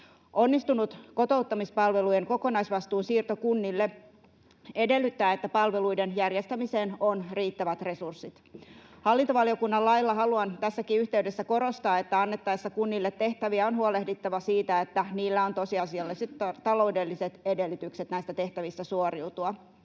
Onnistunut kotouttamispalvelujen kokonaisvastuun siirto kunnille edellyttää, että palveluiden järjestämiseen on riittävät resurssit. Hallintovaliokunnan lailla haluan tässäkin yhteydessä korostaa, että annettaessa kunnille tehtäviä on huolehdittava siitä, että niillä on tosiasialliset taloudelliset edellytykset näistä tehtävistä suoriutua.